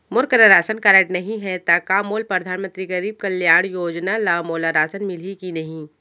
मोर करा ration card नहीं है त का मोल परधानमंतरी गरीब कल्याण योजना ल मोला राशन मिलही कि नहीं?